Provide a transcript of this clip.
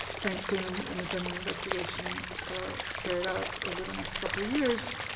thanks to an an independent investigation carried out over the next couple years,